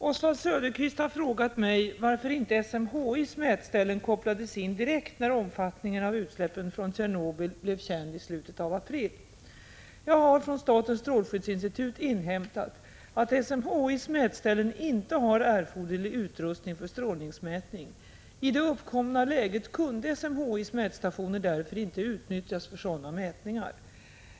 Oswald Söderqvist har frågat mig varför inte SMHI:s mätställen kopplades in direkt när omfattningen av utsläppen från Tjernobyl blev känd i slutet av april. Jag har från statens strålskyddsinstitut inhämtat att SMHI:s mätställen inte har erforderlig utrustning för strålningsmätning. I det uppkomna läget kunde SMHI:s mätstationer därför inte utnyttjas för sådana mätningar.